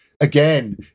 again